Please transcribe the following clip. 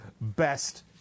best